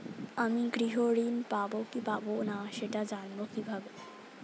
আমি গৃহ ঋণ পাবো কি পাবো না সেটা জানবো কিভাবে?